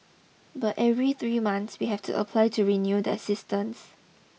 but every three months we have to apply to renew that assistance